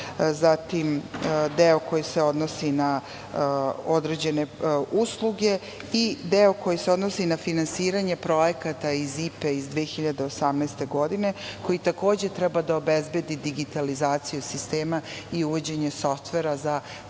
zatim deo koji se odnosi na određene usluge, i deo koji se odnosi na finansiranje projekata iz IPA iz 2018. godine, koji takođe treba da obezbedi digitalizaciju sistema i uvođenje softvera za praćenje